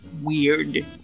weird